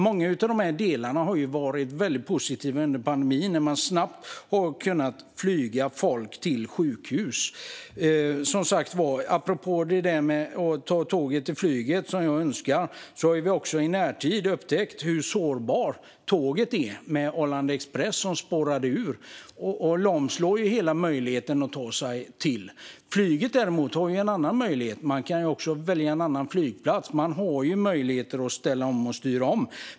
Många av dessa delar har varit väldigt positiva under pandemin, när man snabbt har kunnat flyga folk till sjukhus. Apropå att ta tåget till flyget, som jag önskar, har vi i närtid upptäckt hur sårbart tåget är. Arlanda Express spårade ur, och det lamslog hela möjligheten att ta sig fram. Flyget, däremot, har en annan möjlighet. Man kan välja en annan flygplats, och man har möjligheter att ställa om och styra om.